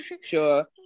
sure